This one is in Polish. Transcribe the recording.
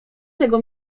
tego